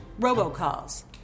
robocalls